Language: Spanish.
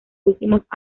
últimos